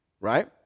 right